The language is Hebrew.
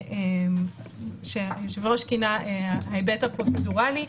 מה שהיושב-ראש כינה ההיבט הפרוצדורלי,